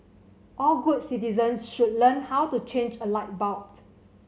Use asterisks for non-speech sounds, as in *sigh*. all good citizens should learn how to change a light *unintelligible*